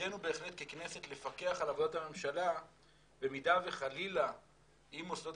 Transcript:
תפקידנו ככנסת הוא לפקח על עבודת הממשלה במידה וחלילה אם מוסדות